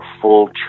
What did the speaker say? full